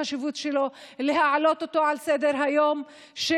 החשיבות שלו היא להעלות אותו על סדר-היום של